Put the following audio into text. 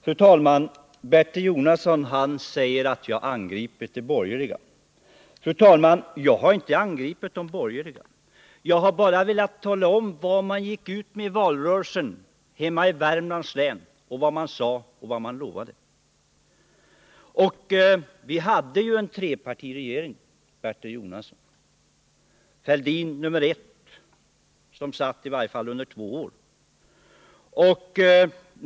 Fru talman! Bertil Jonasson säger att jag angripit de borgerliga. Jag har inte angripit de borgerliga. Jag har bara velat tala om vad man lovade i valrörelsen i Värmlands län. Vi hade ju en trepartiregering, Bertil Jonasson. Fälldinregeringen nr I satt i varje fall i två år.